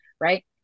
right